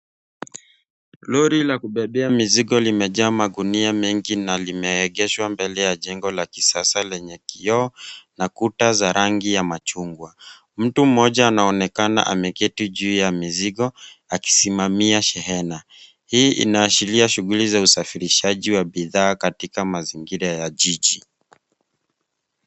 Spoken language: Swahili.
Lori la kubebea mizigo limejaa magunia mengi na limeegeshwa mbele ya jengo la kisasa lenye kioo na kuta za rangi machungwa; Mtu mmoja anaonekana ameketi juu ya mizigo akisimamia shehena. Hii inaashiria shughuli za usafirishaji wa bidhaa katika mazingira ya jiji.